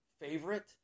favorite